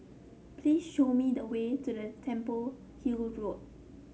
please show me the way to the Temple Hill Road